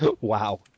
Wow